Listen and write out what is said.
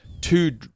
Two